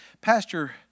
pastor